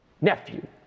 Nephew